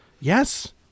Yes